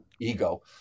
ego